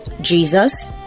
Jesus